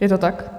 Je to tak?